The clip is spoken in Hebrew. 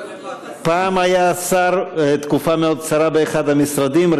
פעם היה שר תקופה מאוד קצרה באחד המשרדים.